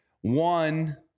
One